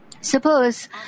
Suppose